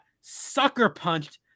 sucker-punched